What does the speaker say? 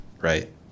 Right